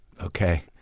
okay